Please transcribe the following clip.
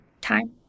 time